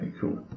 Cool